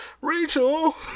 Rachel